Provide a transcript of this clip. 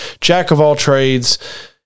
jack-of-all-trades